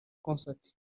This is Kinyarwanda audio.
concert